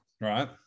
right